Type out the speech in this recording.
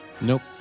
Nope